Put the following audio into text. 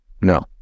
No